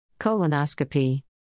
Colonoscopy